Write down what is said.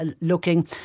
Looking